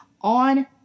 on